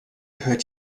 hört